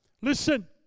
Listen